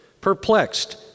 Perplexed